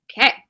Okay